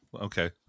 okay